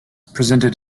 presented